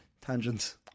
Tangents